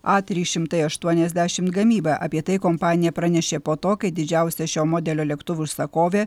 a trys šimtai aštuoniasdešimt gamybą apie tai kompanija pranešė po to kai didžiausia šio modelio lėktuvų užsakovė